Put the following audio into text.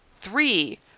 three